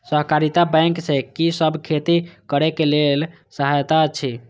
सहकारिता बैंक से कि सब खेती करे के लेल सहायता अछि?